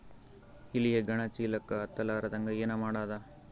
ಇಲಿ ಹೆಗ್ಗಣ ಚೀಲಕ್ಕ ಹತ್ತ ಲಾರದಂಗ ಏನ ಮಾಡದ?